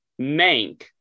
Mank